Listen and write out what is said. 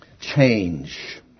change